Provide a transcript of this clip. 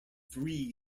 three